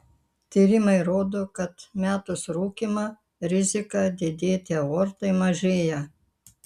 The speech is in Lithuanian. tyrimai rodo kad metus rūkymą rizika didėti aortai mažėja